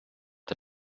der